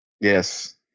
Yes